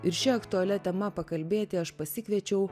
ir šia aktualia tema pakalbėti aš pasikviečiau